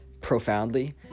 profoundly